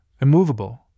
immovable